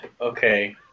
okay